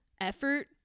effort